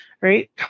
right